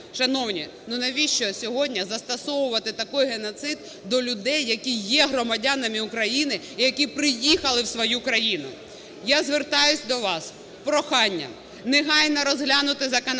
Шановні, навіщо сьогодні застосовувати такий геноцид до людей, які є громадянами України і які приїхали в свою країну? Я звертаюсь до вас з проханням негайно розглянути законопроект